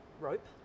rope